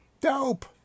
Dope